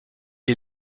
est